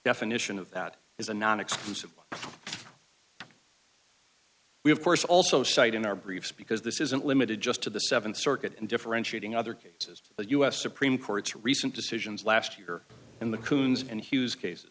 definition of that is a nonexclusive we have course also cited in our briefs because this isn't limited just to the th circuit and differentiating other cases the u s supreme court's recent decisions last year and the coons and hughes case